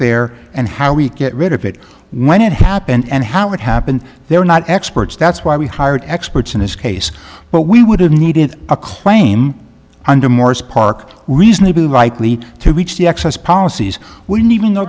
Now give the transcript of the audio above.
there and how we get rid of it when it happened and how it happened they were not experts that's why we hired experts in this case but we would have needed a claim under morris park reasonable rightly to reach the access policies when even though